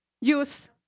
use